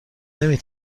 نمی